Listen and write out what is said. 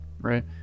right